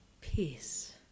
peace